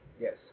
Yes